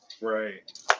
Right